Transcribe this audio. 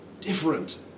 different